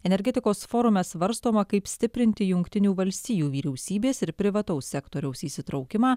energetikos forume svarstoma kaip stiprinti jungtinių valstijų vyriausybės ir privataus sektoriaus įsitraukimą